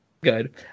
Good